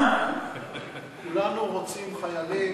כולנו רוצים חיילים,